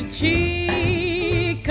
cheek